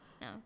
No